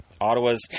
Ottawa's